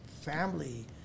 Family